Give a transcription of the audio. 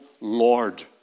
Lord